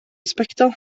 sbectol